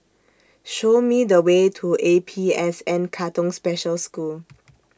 Show Me The Way to A P S N Katong Special School